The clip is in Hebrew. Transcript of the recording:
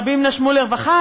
רבים נשמו לרווחה,